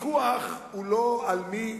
הוויכוח הוא לא על מי,